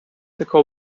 така